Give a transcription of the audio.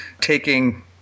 taking